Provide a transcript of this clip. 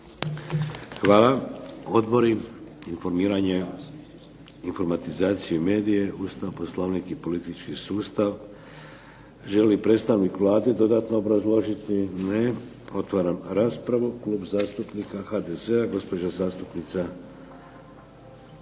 Hvala. Odbori? Informiranje, informatizaciju, medije, Ustav, Poslovnik i politički sustav. Želi li predstavnik Vlade dodatno obrazložiti? Ne. Otvaram raspravu. Klub zastupnika HDZ-a, gospođa zastupnica Ljubica